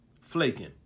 Flaking